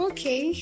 Okay